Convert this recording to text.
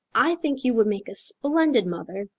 i think you would make a splendid mother.